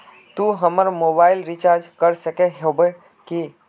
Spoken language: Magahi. तू हमर मोबाईल रिचार्ज कर सके होबे की?